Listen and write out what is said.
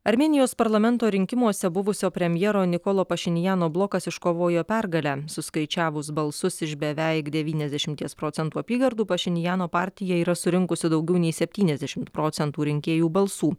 armėnijos parlamento rinkimuose buvusio premjero nikolo pašinjano blokas iškovojo pergalę suskaičiavus balsus iš beveik devyniasdešimties procentų apygardų pašinjano partija yra surinkusi daugiau nei septyniasdešimt procentų rinkėjų balsų